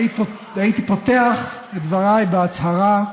הייתי פותח את דבריי בהצהרה: